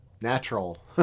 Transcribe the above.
natural